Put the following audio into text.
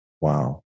Wow